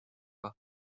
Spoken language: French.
pas